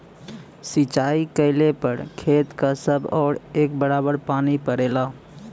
सिंचाई कइले पर खेत क सब ओर एक बराबर पानी पड़ेला